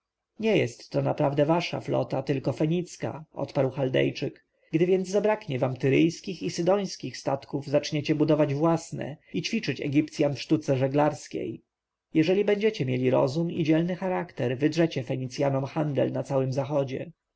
nie jest to naprawdę wasza flota tylko fenicka odparł chaldejczyk gdy więc zabraknie wam tyryjskich i sydońskich statków zaczniecie budować własne i ćwiczyć egipcjan w sztuce żeglarskiej jeżeli będziecie mieli rozum i dzielny charakter wydrzecie fenicjanom handel na całym zachodzie